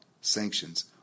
sanctions